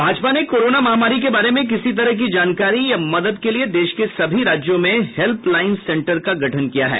भाजपा ने कोरोना महामारी के बारे में किसी तरह की जानकारी या मदद के लिए देश के सभी राज्यों में हेल्पलाईन सेन्टर का गठन किया है